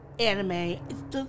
Anime